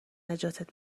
نجاتت